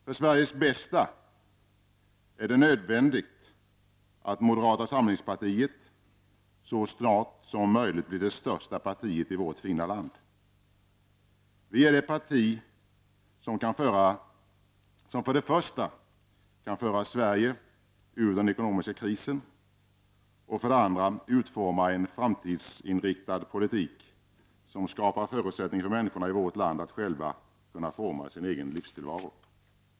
För Sveriges bästa är det nödvändigt att moderata samlingspartiet så snart som möjligt blir det största partiet i vårt fina land. Vi är det enda parti som för det första kan föra Sverige ur den ekonomiska krisen och för det andra kan utforma en framtidsinriktad politik som skapar förutsättningar för människorna i vårt land att själva kunna forma sin egen livstillvaro.